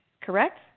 correct